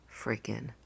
freaking